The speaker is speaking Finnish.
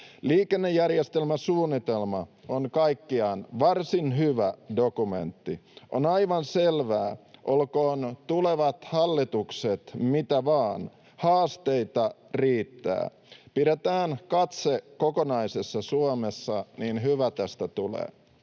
Liikennejärjestelmäsuunnitelma on kaikkiaan varsin hyvä dokumentti. On aivan selvää, olkoon tulevat hallitukset mitä vain, että haasteita riittää. Pidetään katse kokonaisessa Suomessa, niin hyvä tästä tulee.